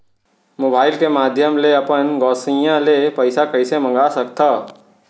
Mobile के माधयम ले अपन गोसैय्या ले पइसा कइसे मंगा सकथव?